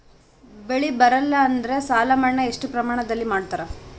ಬೆಳಿ ಬರಲ್ಲಿ ಎಂದರ ಸಾಲ ಮನ್ನಾ ಎಷ್ಟು ಪ್ರಮಾಣದಲ್ಲಿ ಮಾಡತಾರ?